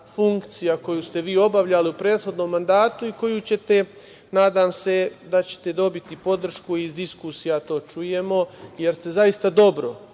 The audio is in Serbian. funkcija koju ste vi obavljali u prethodnom mandatu i koju ćete, nadam se da ćete dobiti podršku iz diskusija, to čujemo, jer ste zaista dobro